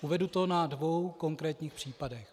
Uvedu to na dvou konkrétních příkladech.